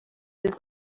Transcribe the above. this